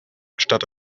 statt